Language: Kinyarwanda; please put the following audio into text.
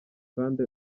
kandi